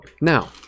now